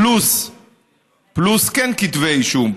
פלוס כתבי אישום,